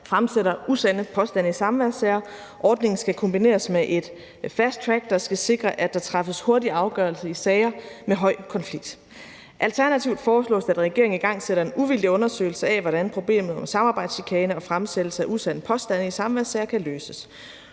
fremsætter usande påstande i samværssager. Ordningen skal kombineres med et fasttrack, der skal sikre, at der træffes en hurtig afgørelse i sager med høj konflikt. Alternativt foreslås det, at regeringen igangsætter en uvildig undersøgelse af, hvordan problemet om samarbejdschikane og fremsættelse af usande påstande i samværssager kan løses.